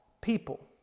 people